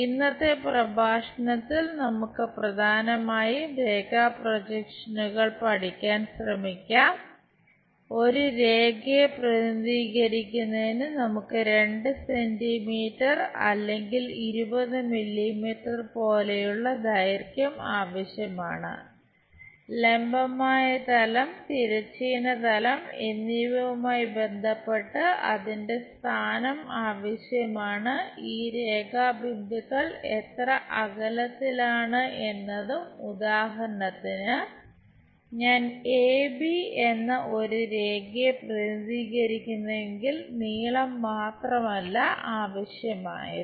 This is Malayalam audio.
ഇന്നത്തെ പ്രഭാഷണത്തിൽ നമുക്ക് പ്രധാനമായും രേഖാ പ്രൊജക്ഷനുകൾ എന്ന ഒരു രേഖയെ പ്രതിനിധീകരിക്കുന്നുവെങ്കിൽ നീളം മാത്രമല്ല ആവശ്യമായത്